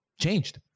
changed